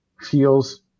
feels